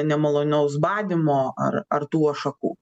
nemalonaus badymo ar ar tų ašakų